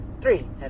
Three